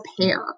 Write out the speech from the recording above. pair